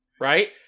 Right